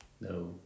No